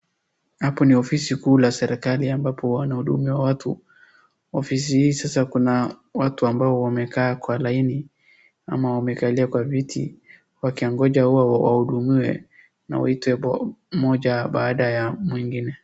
Hapo ni ofisi kuu la serakali ambapo wanahudumia watu. Ofisi hii sasa kuna watu ambao wamekaa kwa laini ama wamekalia kwa viti. Wakiongoja huwa wahudumiwe na waitwe moja baada ya mwingine.